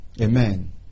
Amen